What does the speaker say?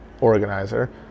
organizer